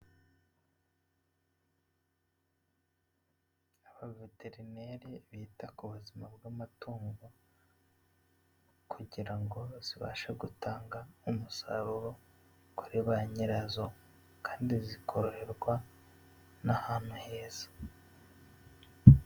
Abaveterineri bita ku buzima bw'amatungo, kugira ngo zibashe gutanga umusaruro kuri ba nyirazo kandi zikoroherwa n'ahantu heza.